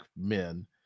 men